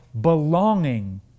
belonging